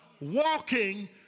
Walking